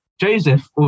Joseph